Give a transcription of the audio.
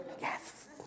yes